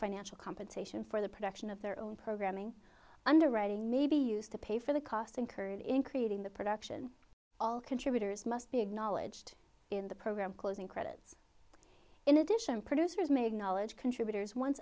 financial compensation for the production of their own programming underwriting may be used to pay for the costs incurred in creating the production all contributors must be acknowledged in the program closing credits in addition producers make knowledge contributors once